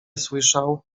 słyszał